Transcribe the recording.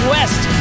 West